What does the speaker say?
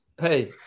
Hey